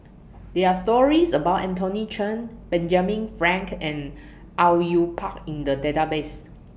There Are stories about Anthony Chen Benjamin Frank and Au Yue Pak in The Database